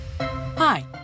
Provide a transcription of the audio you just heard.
Hi